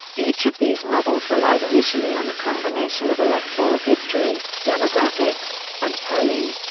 each of these models relied initially on a combination of electoral history, demographics, and polling.